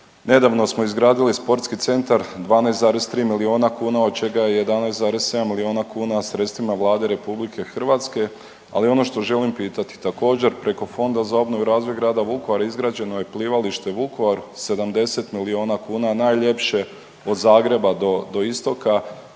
Nedavno smo izgradili sportski centar 12,3 milijuna kuna od čega je 11,7 milijuna kuna sredstvima Vlade RH. Ali ono što želim pitati također preko Fonda za obnovu i razvij grada Vukovara izgrađeno je Plivalište Vukovar 70 milijuna kuna najljepše od Zagreba do istoka